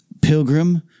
Pilgrim